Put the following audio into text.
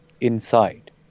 inside